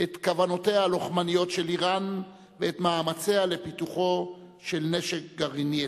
את כוונותיה הלוחמניות של אירן ואת מאמציה לפיתוחו של נשק גרעיני התקפי.